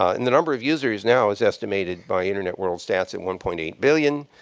ah and the number of users now is estimated by internet world stats at one point eight billion.